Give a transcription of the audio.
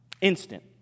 instant